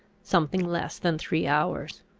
something less than three hours.